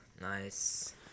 Nice